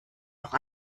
auch